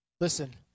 Listen